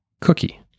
Cookie